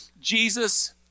Jesus